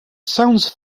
sounds